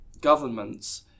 governments